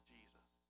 Jesus